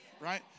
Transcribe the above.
right